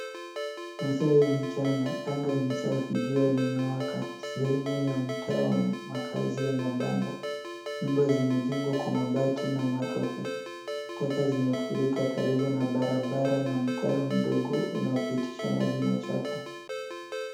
Masaa ya mchana, anga ni safi, jua limewaka. Sehemu ya mtaa wa makazi ya mabanda nyumba zimejengwa kwa mabati na matope. Taka zimefurika karibu na barabara na mtaro mdogo unaopitisha maji machafu.